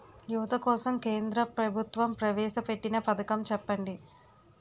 యువత కోసం కేంద్ర ప్రభుత్వం ప్రవేశ పెట్టిన పథకం చెప్పండి?